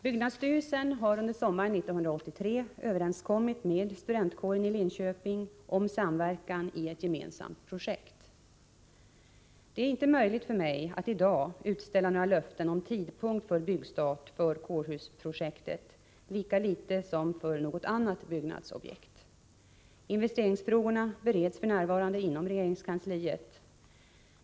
Byggnadsstyrelsen har under sommaren 1983 överenskommit med studentkåren i Linköping om samverkan i ett gemensamt projekt. Det är inte möjligt för mig att i dag utställa några löften om tidpunkt för byggstart för kårhusprojektet lika litet som för något annat byggnadsobjekt. Investeringsfrågorna bereds f.n. inom regeringskansliet.